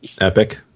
Epic